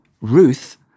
Ruth